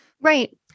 Right